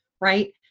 right